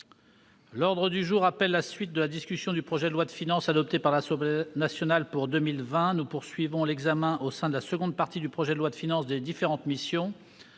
L'ordre du jour appelle la suite de la discussion du projet de loi de finances pour 2020, adopté par l'Assemblée nationale. Nous poursuivons l'examen, au sein de la seconde partie du projet de loi de finances, des différentes missions.